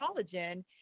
collagen